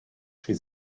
she